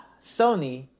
Sony